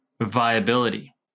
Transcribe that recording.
viability